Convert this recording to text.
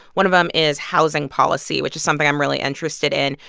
one of them is housing policy, which is something i'm really interested in.